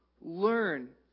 learn